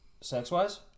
Sex-wise